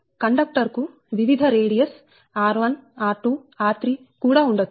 conductor కు వివిధ radius r1r2r3 కూడా ఉండొచ్చు